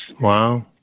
Wow